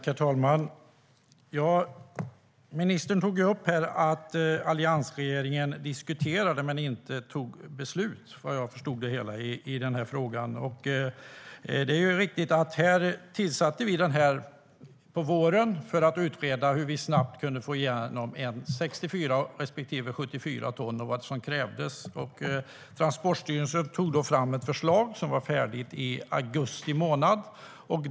Herr talman! Ministern tog upp att alliansregeringen diskuterade frågan, men fattade inte något beslut. Det är riktigt att vi under våren lämnade ett uppdrag om att utreda vad som krävdes för man snabbt skulle få igenom en 64 respektive 74-tonsgräns. Transportstyrelsen tog då fram ett förslag som var färdigt i augusti månad.